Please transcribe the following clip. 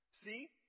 See